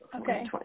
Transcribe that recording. Okay